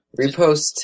Repost